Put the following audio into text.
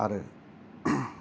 आरो